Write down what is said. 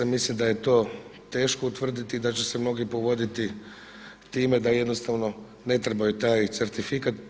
Mislim da je to teško utvrditi i da će se mnogi povoditi time da jednostavno ne trebaju taj certifikat.